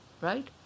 right